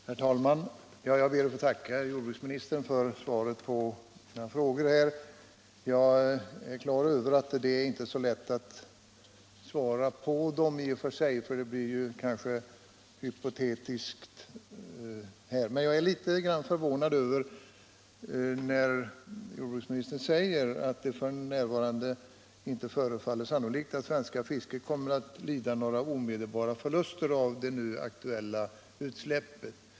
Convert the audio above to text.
Herr talman! Jag ber att få tacka herr jordbruksministern för svaret på mina frågor. Jag är medveten om att det inte är så lätt att svara på dem, för svaren blir kanske hypotetiska. Men jag är litet förvånad när jordbruksministern säger att det f.n. inte förefaller sannolikt att det svenska fisket kommer att lida några omedelbara förluster av det nu aktuella utsläppet.